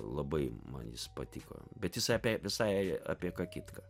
labai man jis patiko bet jisai apie visai apie ką kitką